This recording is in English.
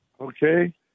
Okay